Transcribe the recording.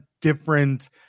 different